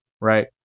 Right